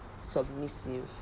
submissive